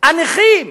הנכים.